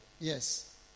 Yes